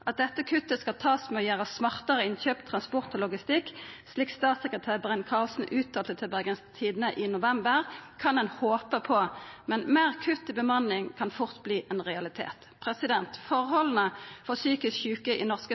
At dette kuttet skal takast ved hjelp av smartare innkjøp, transport og logistikk, slik statssekretær Brein-Carlsen uttalte til Bergens Tidende i november, kan ein håpa på, men meir kutt i bemanning kan fort verta ein realitet. Forholda for psykisk sjuke i norske